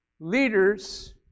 leaders